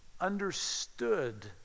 understood